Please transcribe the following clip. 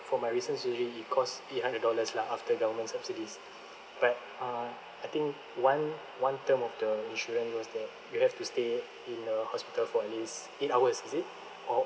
for my recent surgery cost eight hundred dollars lah after government subsidies but uh I think one one term of the insurance was that you have to stay in a hospital for at least eight hours is it or